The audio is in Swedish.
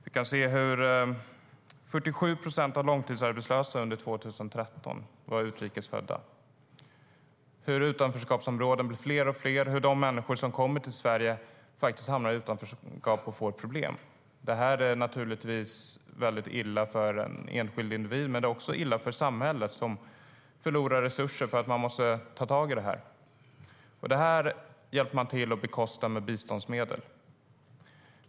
Vi kan se att 47 procent av långtidsarbetslösa under 2013 var utrikes födda, att utanförskapsområdena blir fler och fler och att de människor som kommer till Sverige hamnar i utanförskap och får problem. Det här är naturligtvis väldigt dåligt för den enskilda men också dåligt för samhället, som förlorar resurser för att man måste ta tag i det här. Och det här hjälper man till att bekosta med biståndsmedel.